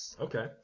Okay